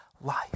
life